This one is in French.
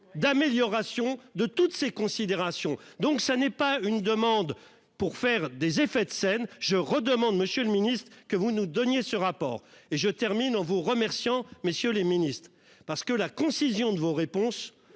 d'amélioration de toutes ces considérations. Donc ça n'est pas une demande pour faire des effets de scène je redemande, Monsieur le Ministre, que vous nous donniez ce rapport et je termine en vous remerciant, messieurs les Ministres parce que la concision de vos réponses